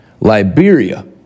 Liberia